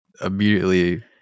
immediately